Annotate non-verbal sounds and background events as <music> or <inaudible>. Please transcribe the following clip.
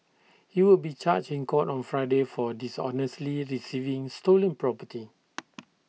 he will be charged in court on Friday for dishonestly receiving stolen property <noise>